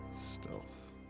Stealth